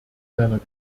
seiner